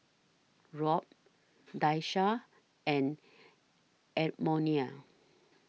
Rob Daisha and Edmonia